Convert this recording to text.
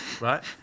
right